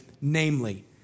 namely